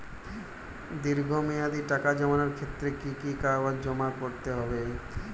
দীর্ঘ মেয়াদি টাকা জমানোর ক্ষেত্রে কি কি কাগজ জমা করতে হবে?